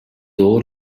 оор